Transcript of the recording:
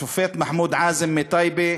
השופט מחמוד עאזם מטייבה,